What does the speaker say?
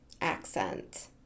accent